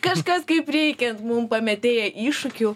kažkas kaip reikiant mum pamėtėja iššūkių